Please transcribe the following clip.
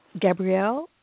Gabrielle